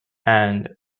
and